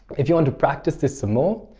if you want to practice this some more,